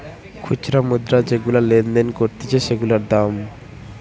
খুচরা মুদ্রা যেগুলা লেনদেন করতিছে সেগুলার দাম